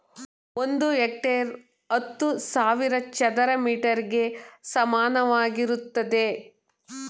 ಒಂದು ಹೆಕ್ಟೇರ್ ಹತ್ತು ಸಾವಿರ ಚದರ ಮೀಟರ್ ಗೆ ಸಮಾನವಾಗಿರುತ್ತದೆ